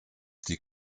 die